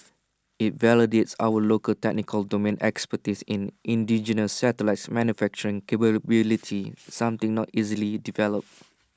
IT validates our local technical domain expertise in indigenous satellites manufacturing capability something not easily developed